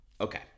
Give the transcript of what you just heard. Okay